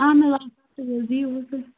اہن حظ آ بَدلٕے حظ دِیِو حظ تُہۍ